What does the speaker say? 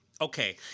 Okay